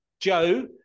joe